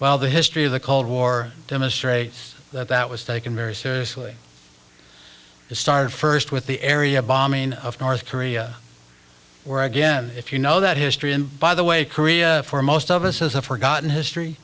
well the history of the cold war demonstrates that that was taken very seriously it started first with the area bombing of north korea where again if you know that history and by the way korea for most of us is a forgotten history